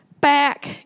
Back